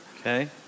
Okay